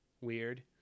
weird